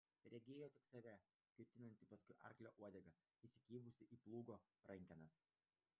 regėjo tik save kiūtinantį paskui arklio uodegą įsikibusį į plūgo rankenas